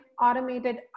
automated